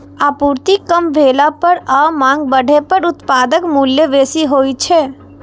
आपूर्ति कम भेला पर आ मांग बढ़ै पर उत्पादक मूल्य बेसी होइ छै